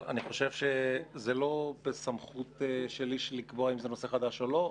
אני חושב שזה לא בסמכות של איש לקבוע אם זה נושא חדש או לא.